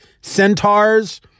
centaurs